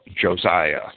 Josiah